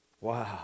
Wow